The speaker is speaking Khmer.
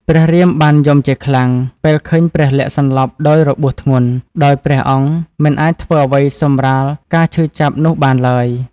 ព្រះរាមបានយំជាខ្លាំង ពេលឃើញព្រះលក្សណ៍សន្លប់ដោយរបួសធ្ងន់ ដោយព្រះអង្គមិនអាចធ្វើអ្វីសម្រាលការឈឺចាប់នោះបានឡើយ។